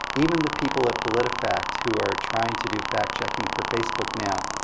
even the people at politifact who are trying to do fact checking for facebook now,